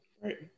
Right